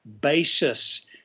basis